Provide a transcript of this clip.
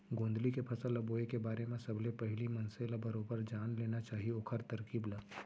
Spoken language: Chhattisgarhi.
गोंदली के फसल ल बोए के बारे म सबले पहिली मनसे ल बरोबर जान लेना चाही ओखर तरकीब ल